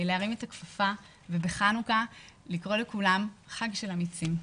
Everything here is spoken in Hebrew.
להרים את הכפפה ובחנוכה לקרוא לכולם חג של אמיצים.